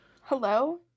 Hello